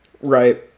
right